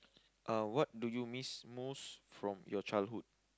uh what do you miss most from your childhood